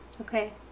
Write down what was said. Okay